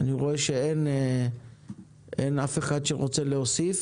אני רואה שאין אף אחד שרוצה להוסיף.